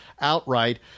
outright